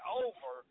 over